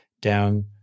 down